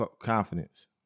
Confidence